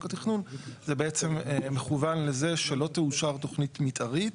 התכנון" זה בעצם מכוון לזה שלא תאושר תוכנית מתארית.